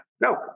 No